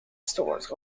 stores